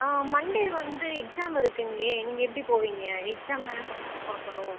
Monday வந்து exam இருக்குங்களே நீங்கள் எப்படி போவீங்க எக்ஸாம் தானே ஃபஸ்ட்டு பார்க்கணும்